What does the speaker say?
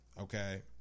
Okay